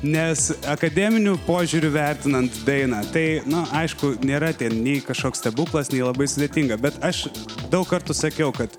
nes akademiniu požiūriu vertinant dainą tai na aišku nėra ten nei kažkoks stebuklas nei labai sudėtinga bet aš daug kartų sakiau kad